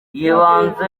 y’ibanze